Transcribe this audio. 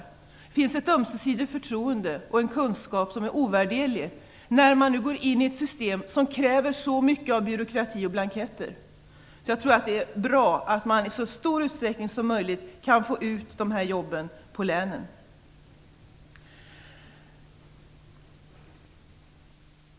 Det finns ett ömsesidigt förtroende och en kunskap som är ovärderlig när man nu går in i ett system som kräver så mycket av byråkrati och blanketter. Jag tror därför att det är bra att man i så stor utsträckning som möjligt kan få ut dessa jobb på länen.